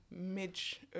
midge